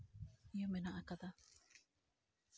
ᱤᱭᱟᱹ ᱢᱮᱱᱟᱜ ᱟᱠᱟᱫᱟ